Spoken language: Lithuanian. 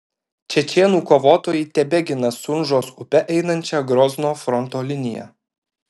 čečėnų kovotojai tebegina sunžos upe einančią grozno fronto liniją